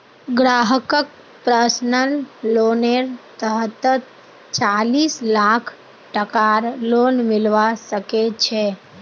ग्राहकक पर्सनल लोनेर तहतत चालीस लाख टकार लोन मिलवा सके छै